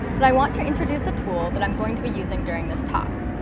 but i want to introduce a tool that i'm going to be using during this talk.